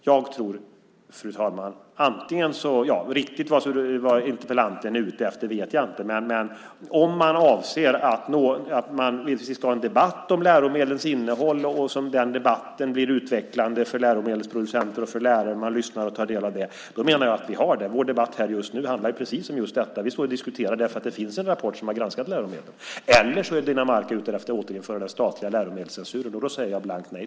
Vad interpellanten är ute efter vet jag inte, men om avsikten är att vi ska ha en debatt om läromedlens innehåll och att den debatten ska vara utvecklande för läromedelsproducenter och lärare och att man lyssnar och tar del av den, menar jag att vi har det. Vår debatt just nu handlar ju om just det. Vi står och diskuterar därför att det finns en rapport som har granskat läromedel. Om Rossana Dinamarca är ute efter att återinföra den statliga läromedelscensuren säger jag blankt nej.